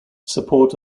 support